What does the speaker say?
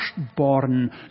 firstborn